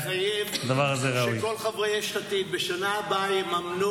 אני מתחייב שכל חברי יש עתיד בשנה הבאה יממנו